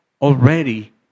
already